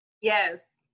Yes